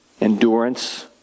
endurance